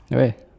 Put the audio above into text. where